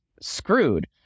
screwed